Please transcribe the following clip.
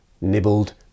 nibbled